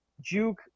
juke